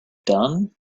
done